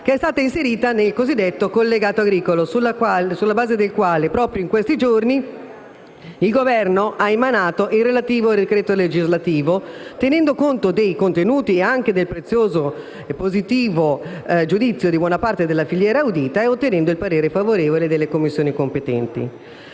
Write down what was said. che è stata inserita nel cosiddetto collegato agricolo, sulla base della quale, proprio in questi giorni, il Governo ha emanato il relativo decreto legislativo, tenendo conto dei contenuti e anche del prezioso giudizio positivo di buona parte della filiera audita e ottenendo il parere favorevole delle Commissioni competenti.